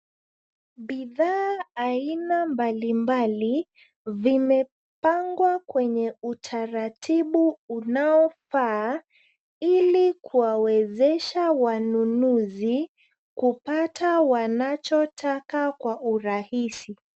Bidhaa aina mbalimbali vimepangwa kwenye utaratibu unaofaa ili kuwawezesha wanunuzi kupata wanachotaka kwa urahisi.